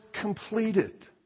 completed